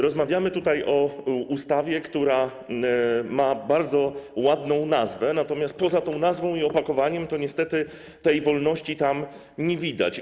Rozmawiamy tutaj o ustawie, która ma bardzo ładną nazwę, natomiast poza tą nazwą i opakowaniem to niestety tej wolności tam nie widać.